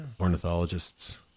ornithologists